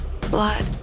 blood